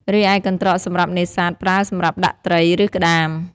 រីឯកន្រ្តកសម្រាប់នេសាទប្រើសម្រាប់ដាក់ត្រី ឬក្ដាម។